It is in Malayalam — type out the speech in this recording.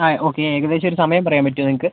ആ ഓക്കെ ഏകദേശം ഒരു സമയം പറയാൻ പറ്റുമോ നിങ്ങൾക്ക്